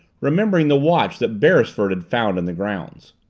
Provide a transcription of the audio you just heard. remembering the watch that beresford had found in the grounds.